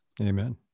Amen